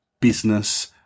business